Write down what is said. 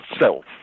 self